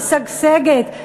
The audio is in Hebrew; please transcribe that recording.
משגשגת,